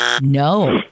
No